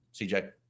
CJ